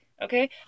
okay